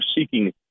seeking